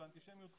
זו אנטישמיות חדשה.